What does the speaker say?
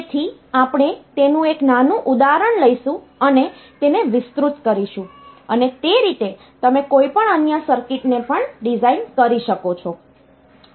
તેથી આપણે તેનું એક નાનું ઉદાહરણ લઈશું અને તેને વિસ્તૃત કરીશું અને તે રીતે તમે કોઈપણ અન્ય સર્કિટ ને પણ ડિઝાઇન કરી શકશો